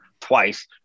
twice